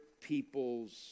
people's